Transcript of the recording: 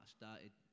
started